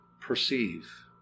perceive